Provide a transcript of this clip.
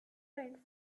friend